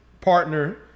partner